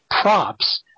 props